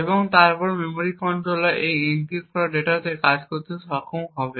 এবং তারপর memory controller এই এনক্রিপ্ট করা ডেটাতে কাজ করতে সক্ষম হবে